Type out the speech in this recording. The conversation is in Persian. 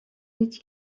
هیچ